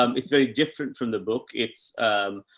um it's very different from the book. it's, um,